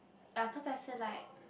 ah cause I feel like